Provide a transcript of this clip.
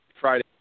Friday